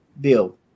bill